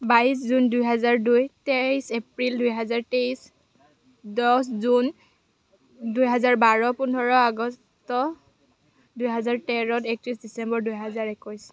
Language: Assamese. বাইছ জুন দুহেজাৰ দুই তেইছ এপ্ৰিল দুহেজাৰ তেইছ দহ জুন দুহেজাৰ বাৰ পোন্ধৰ আগষ্ট দুহেজাৰ তেৰ একত্ৰিছ ডিচেম্বৰ দুহেজাৰ একৈছ